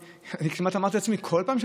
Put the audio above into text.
אבל כמעט אמרתי לעצמי שכל פעם שאני